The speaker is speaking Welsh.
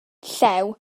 llew